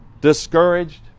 discouraged